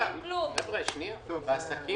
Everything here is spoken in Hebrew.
תגיד